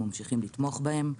אנחנו ממשיכים לתמוך בהם.